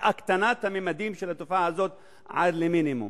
הקטנת הממדים של התופעה הזאת עד למינימום.